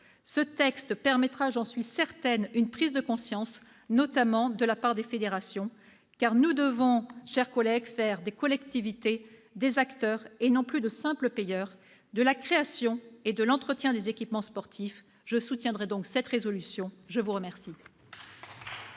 Le texte permettra, j'en suis certaine, une prise de conscience, notamment de la part des fédérations, car nous devons faire des collectivités des acteurs, et non plus de simples payeurs, de la création et de l'entretien des équipements sportifs. Je soutiendrai donc cette résolution. La parole